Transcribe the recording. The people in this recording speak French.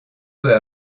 peu